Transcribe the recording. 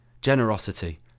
generosity